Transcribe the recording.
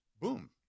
Boom